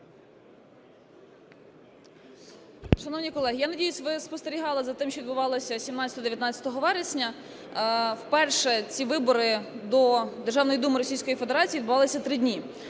Шановні колеги, я надіюсь, ви спостерігали за тим, що відбувалося 17-19 вересня. Вперше ці вибори до Державної Думи Російської Федерації відбувалися три дні